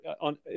on